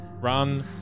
run